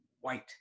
white